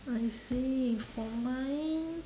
I see for mine